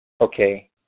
Okay